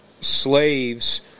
slaves